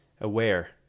aware